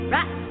Right